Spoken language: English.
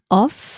off